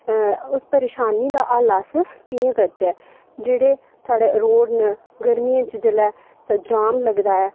उस परेशानी दा हल्ल अस कि'यां करचै जेह्ड़े साढ़े रोड़ न गर्मियें च जेल्लै उत्थें जाम लगदा ऐ